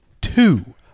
two